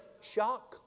shock